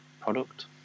product